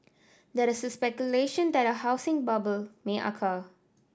there is speculation that a housing bubble may occur